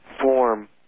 form